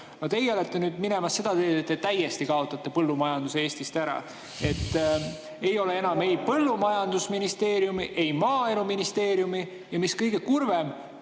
olete nüüd minemas seda teed, et te täiesti kaotate põllumajanduse Eestist ära. Ei ole enam ei põllumajandusministeeriumi, ei maaeluministeeriumi. Ja mis kõige kurvem,